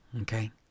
okay